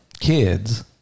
Kids